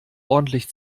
ordentlich